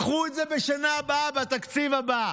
קחו את זה בשנה הבאה, בתקציב הבא.